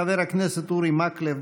חבר הכנסת אורי מקלב,